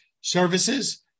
Services